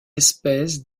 espèces